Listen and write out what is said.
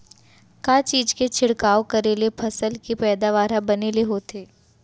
का चीज के छिड़काव करें ले फसल के पैदावार ह बने ले होथे?